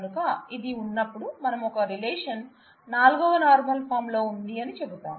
కనుక ఇది ఉన్నప్పుడు మనం ఒక రిలేషన్ 4వ నార్మల్ ఫార్మ్ లో ఉంది అని చెబుతాం